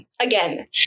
Again